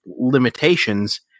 limitations